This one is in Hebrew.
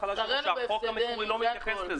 החוק המקורי לא מתייחס לזה.